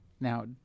Now